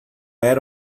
era